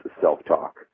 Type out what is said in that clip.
self-talk